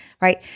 right